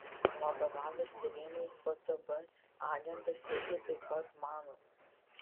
vadovavęs tyrimui ftb agentas irgi taip pat mano